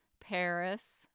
Paris